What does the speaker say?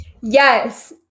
Yes